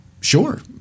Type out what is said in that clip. sure